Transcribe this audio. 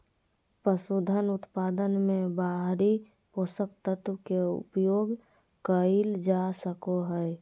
पसूधन उत्पादन मे बाहरी पोषक तत्व के उपयोग कइल जा सको हइ